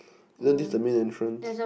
then this the main entrance